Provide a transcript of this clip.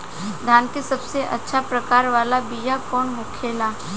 धान के सबसे अच्छा प्रकार वाला बीया कौन होखेला?